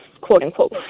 quote-unquote